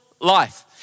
life